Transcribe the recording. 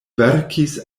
verkis